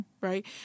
right